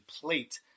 plate